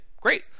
great